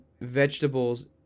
vegetables